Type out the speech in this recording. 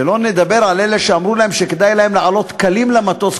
שלא לדבר על אלה שאמרו להם שכדאי להם לעלות קלים למטוס,